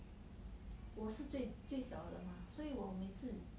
我是最最小的 mah 所以我每次